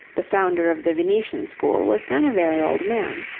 the founder of the venetian school, was then a very old man.